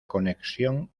conexión